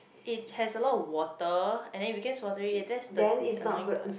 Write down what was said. it has a lot of water and then became watery already that's the annoying part